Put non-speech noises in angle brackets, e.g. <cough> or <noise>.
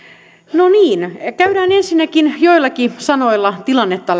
no niin käydään ensinnäkin joillakin sanoilla tilannetta <unintelligible>